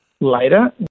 Later